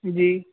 جی